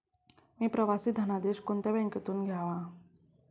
मी प्रवासी धनादेश कोणत्या बँकेतून घ्यावा?